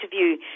interview